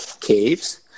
caves